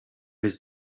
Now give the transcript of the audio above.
his